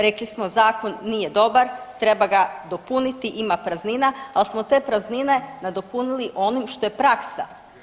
Rekli smo, zakon nije dobar, treba ga dopuniti, ima praznina, ali smo te praznine nadopunili onim što je praksa.